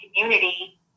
community